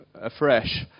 afresh